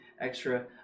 extra